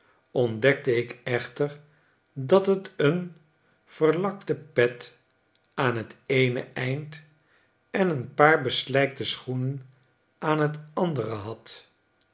ontdekte ik echter dat het een verlakte pet aan t eene eind en eenpaarbeslijkte schoenen aan t andere had